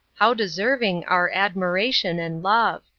how deserving our admiration and love!